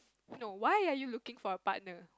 no why are you looking for a partner